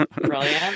Brilliant